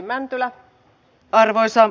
arvoisa puhemies